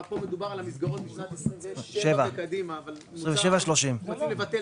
כאן דובר על המסגרות בשנת 2027. רוצים לבטל